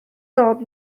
dod